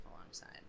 alongside